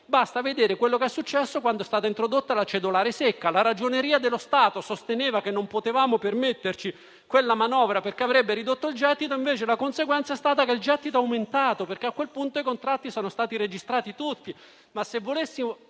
basta vedere ciò che è successo quando è stata introdotta la cedolare secca. La Ragioneria dello Stato sosteneva che non potevamo permetterci quella manovra, perché avrebbe ridotto il gettito: invece, la conseguenza è stata che il gettito è aumentato, perché i contratti sono stati registrati tutti.